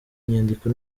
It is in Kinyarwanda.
inyandiko